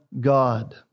God